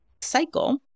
cycle